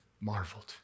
marveled